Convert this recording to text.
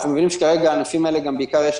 אנחנו מבינים שכרגע לענפים האלה יש קושי